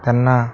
त्यांना